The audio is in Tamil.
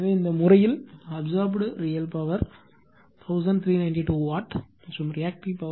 எனவே இந்த முறையில் அப்சார்ப்புடு ரியல் பவர் 1392 வாட் மற்றும் ரியாக்ட்டிவ் பவர் 1113 var ஆகும்